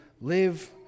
live